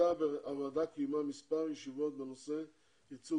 הוועדה קיימה מספר ישיבות בנושא ייצוג